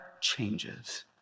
changes